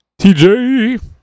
TJ